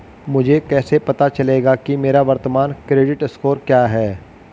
मुझे कैसे पता चलेगा कि मेरा वर्तमान क्रेडिट स्कोर क्या है?